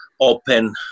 open